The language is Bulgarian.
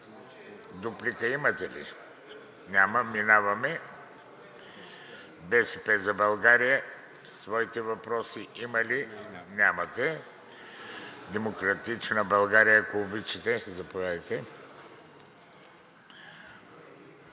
Дуплика имате ли? Няма. „БСП за България“ има ли въпроси? Нямате. „Демократична България“, ако обичате, заповядайте.